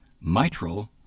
mitral